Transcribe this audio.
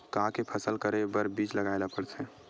का के फसल करे बर बीज लगाए ला पड़थे?